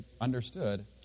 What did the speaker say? understood